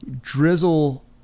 drizzle